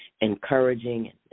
encouraging